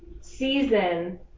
season